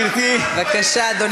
הבנו.